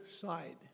side